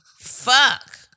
fuck